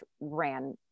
ran